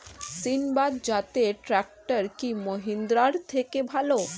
সিণবাদ জাতের ট্রাকটার কি মহিন্দ্রার থেকে ভালো?